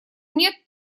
нет